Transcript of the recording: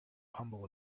humble